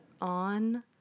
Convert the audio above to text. on